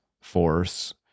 force